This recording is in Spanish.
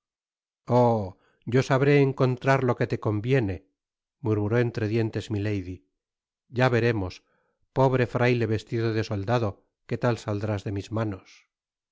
yo sabré encontrar lo que te conviene murmuró entre dientes milady ya veremos pobre fraile vestido de soldado que tal saldrás de mis manos